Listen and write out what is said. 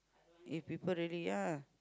if people really ya